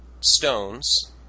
stones